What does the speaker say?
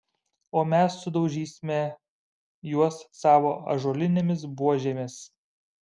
o mes sudaužysime juos savo ąžuolinėmis buožėmis